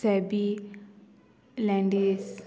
SEBI लँडीस